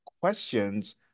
questions